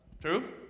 True